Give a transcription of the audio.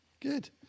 good